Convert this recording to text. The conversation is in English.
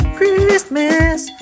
Christmas